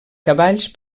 cavalls